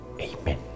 Amen